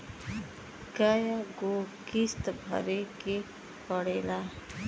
कय गो किस्त भरे के पड़ेला?